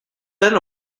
then